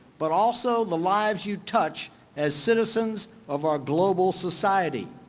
but also the lives you've touched as citizens of our global society.